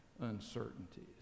uncertainties